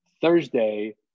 Thursday